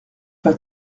pas